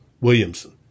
Williamson